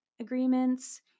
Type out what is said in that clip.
agreements